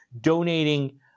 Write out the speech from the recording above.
donating